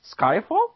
Skyfall